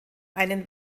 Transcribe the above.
einen